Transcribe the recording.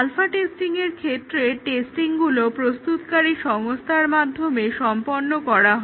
alpha টেস্টিংয়ের ক্ষেত্রে টেস্টিংগুলো প্রস্তুতকারী সংস্থার মধ্যে সম্পন্ন করা হয়